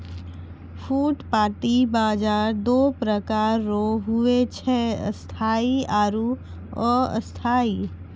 फुटपाटी बाजार दो प्रकार रो हुवै छै स्थायी आरु अस्थायी